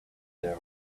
their